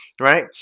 right